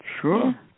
Sure